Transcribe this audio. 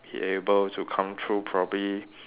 be able to come through probably